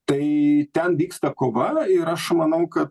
tai ten vyksta kova ir aš manau kad